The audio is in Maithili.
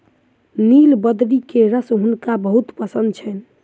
नीलबदरी के रस हुनका बहुत पसंद छैन